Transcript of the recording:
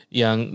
yang